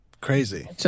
Crazy